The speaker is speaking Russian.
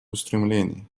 устремлений